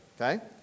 Okay